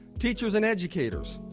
teachers and educators,